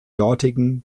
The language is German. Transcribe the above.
dortigen